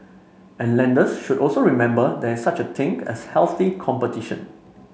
and lenders should also remember there is such a thing as healthy competition